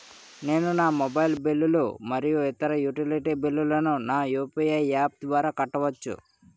నేను నా మొబైల్ బిల్లులు మరియు ఇతర యుటిలిటీ బిల్లులను నా యు.పి.ఐ యాప్ ద్వారా కట్టవచ్చు